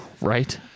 Right